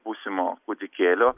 būsimo kūdikėlio